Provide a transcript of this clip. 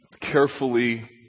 carefully